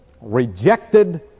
rejected